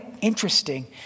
interesting